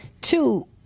two